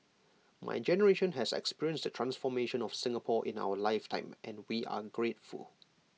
my generation has experienced the transformation of Singapore in our life time and we are grateful